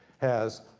has,